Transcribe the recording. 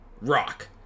Rock